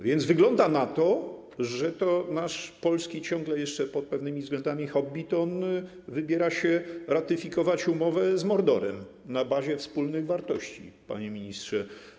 Wygląda na to, że to nasz polski ciągle jeszcze pod pewnymi względami Hobbiton wybiera się ratyfikować umowę z Mordorem na bazie wspólnych wartości, panie ministrze.